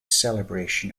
celebration